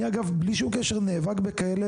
אני, אגב, בלי שום קשר נאבק בכאלה